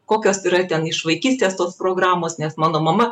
kokios yra ten iš vaikystės tos programos nes mano mama